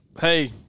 hey